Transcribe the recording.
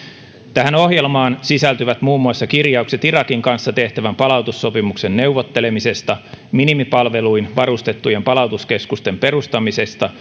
tähän ohjelmaan sisältyvät muun muassa kirjaukset irakin kanssa tehtävän palautussopimuksen neuvottelemisesta minimipalveluin varustettujen palautuskeskusten perustamisesta